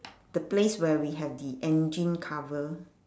the place where we have the engine cover